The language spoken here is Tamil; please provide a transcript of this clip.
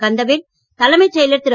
கந்தவேல் தலைமை செயலர் திரு